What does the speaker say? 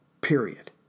Period